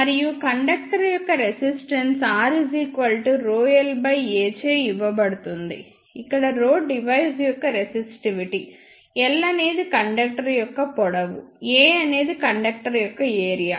మరియు కండక్టర్ యొక్క resistance R ρlA చే ఇవ్వబడుతుందిఇక్కడ డివైస్ యొక్క రెసిస్టివిటీ l అనేది కండక్టర్ యొక్క పొడవు A అనేది కండక్టర్ యొక్క ఏరియా